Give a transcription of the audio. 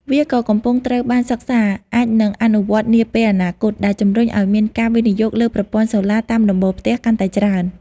វាក៏កំពុងត្រូវបានសិក្សាអាចនឹងអនុវត្តនាពេលអនាគត ដែលជំរុញឱ្យមានការវិនិយោគលើប្រព័ន្ធសូឡាតាមដំបូលផ្ទះ កាន់តែច្រើន។